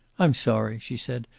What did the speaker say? i'm sorry, she said.